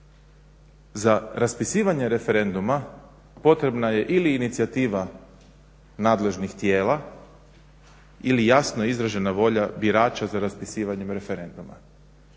za raspisivanje referenduma potrebna je ili inicijativa nadležnih tijela ili jasno izražena volja birača za raspisivanjem referenduma.